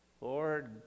Lord